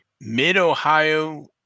Mid-Ohio